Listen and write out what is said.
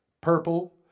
purple